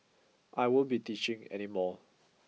I won't be teaching any more